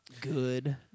Good